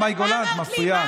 מי את שתבקרי אותי,